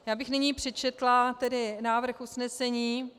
Já bych nyní přečetla návrh usnesení.